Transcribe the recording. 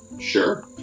Sure